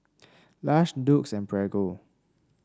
Lush Doux and Prego